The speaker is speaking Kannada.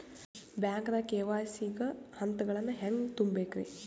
ಬ್ಯಾಂಕ್ದಾಗ ಕೆ.ವೈ.ಸಿ ಗ ಹಂತಗಳನ್ನ ಹೆಂಗ್ ತುಂಬೇಕ್ರಿ?